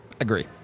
Agree